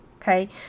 Okay